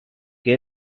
que